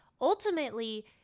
Ultimately